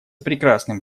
прекрасным